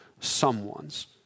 someone's